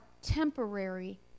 temporary